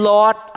Lord